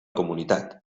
comunitat